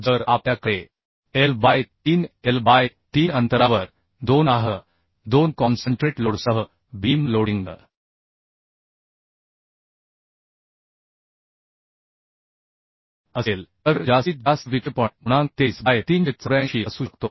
जर आपल्याकडे L by 3 L by 3 अंतरावर 2 आह 2 कॉन्सन्ट्रेट लोडसह बीम लोडिंगअसेल तर जास्तीत जास्त विक्षेपण गुणांक 23 बाय 384 असू शकतो